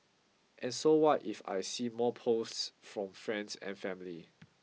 and so what if I see more posts from friends and family